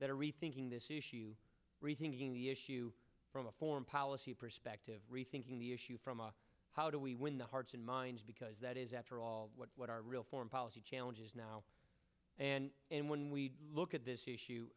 that are rethinking this issue rethinking the issue from a foreign policy perspective rethinking the issue from a how do we win the hearts and minds because that is after all what are foreign policy challenges now and when we look at this issue